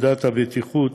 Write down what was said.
פקודת הבטיחות: